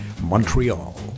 Montreal